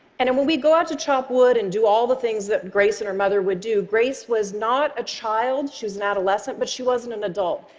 and and when we'd go out to chop wood and do all the things that grace and her mother would do, grace was not a child, she was an adolescent, but she wasn't an adult.